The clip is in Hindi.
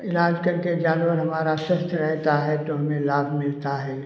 इलाज करके जानवर हमारा स्वस्थ रहता है तो हमें लाभ मिलता है